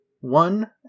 One